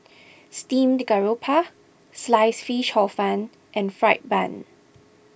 Steamed Garoupa Sliced Fish Hor Fun and Fried Bun